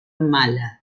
mala